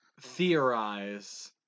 theorize